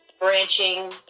branching